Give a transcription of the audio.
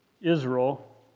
Israel